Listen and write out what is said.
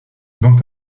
dont